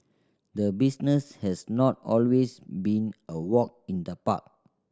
the business has not always been a walk in the park